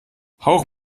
hauch